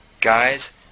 Guys